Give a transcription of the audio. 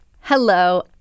Hello